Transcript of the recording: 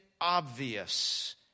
obvious